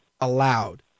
allowed